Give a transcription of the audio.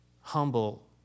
humble